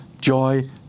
joy